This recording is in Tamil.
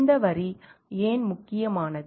இந்த வரி ஏன் முக்கியமானது